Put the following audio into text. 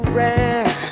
rare